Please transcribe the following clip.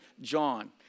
John